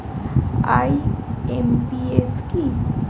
IMPS কি?